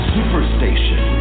Superstation